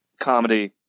comedy